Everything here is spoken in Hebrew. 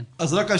אם כן,